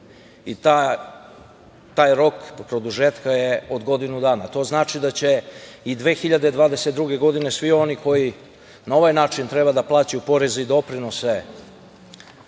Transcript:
i taj rok produžetka je od godinu dana. To znači da će i 2022. godine svi oni koji na ovaj način treba da plaćaju poreze i doprinose